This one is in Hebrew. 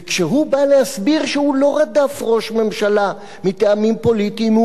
וכשהוא בא להסביר שהוא לא רדף ראש ממשלה מטעמים פוליטיים,